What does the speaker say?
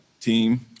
team